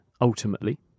ultimately